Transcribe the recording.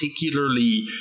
particularly